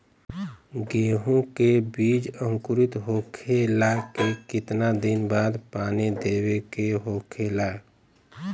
गेहूँ के बिज अंकुरित होखेला के कितना दिन बाद पानी देवे के होखेला?